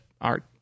art